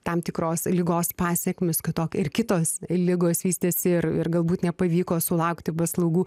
tam tikros ligos pasekmės katok ir kitos ligos vystėsi ir ir galbūt nepavyko sulaukti paslaugų